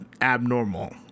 abnormal